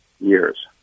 Years